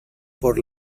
por